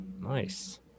Nice